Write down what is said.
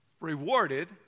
rewarded